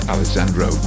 Alessandro